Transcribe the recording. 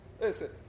Listen